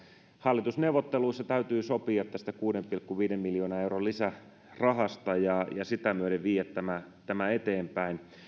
hallitusneuvotteluissa täytyy sopia tästä kuuden pilkku viiden miljoonan euron lisärahasta ja sitä myöden viedä tämä tämä eteenpäin